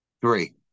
Three